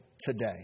today